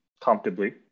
comfortably